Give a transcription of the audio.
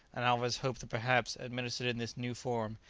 and alvez hoped that perhaps, administered in this new form,